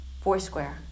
Foursquare